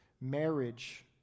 marriage